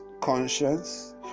conscience